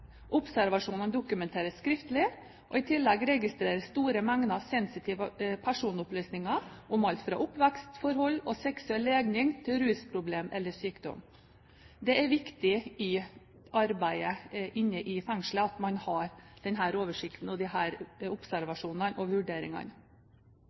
Observasjonene dokumenteres skriftlig. I tillegg registreres store mengder sensitive personopplysninger om alt fra oppvekstforhold og seksuell legning til rusproblemer eller sykdommer. Det er viktig i arbeidet inne i fengselet at man har denne oversikten og de